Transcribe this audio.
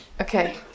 Okay